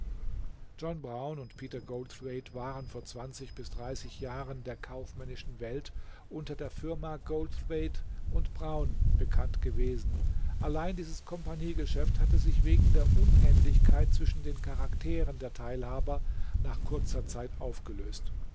john brown und peter goldthwaite waren vor zwanzig bis dreißig jahren der kaufmännischen welt unter der firma goldthwaite brown bekannt gewesen allein dieses compagniegeschäft hatte sich wegen der unähnlichkeit zwischen den charakteren der teilhaber nach kurzer zeit aufgelöst